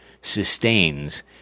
sustains